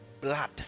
blood